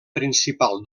principal